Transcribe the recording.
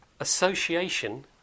Association